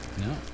No